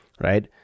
right